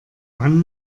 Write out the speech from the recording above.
wann